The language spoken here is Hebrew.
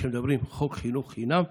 כשמדברים על חוק חינוך חינם,